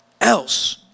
else